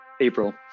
April